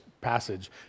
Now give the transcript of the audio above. passage